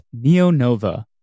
NeoNova